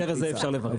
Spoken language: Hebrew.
בהקשר הזה אפשר לברך.